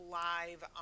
live